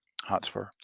Hotspur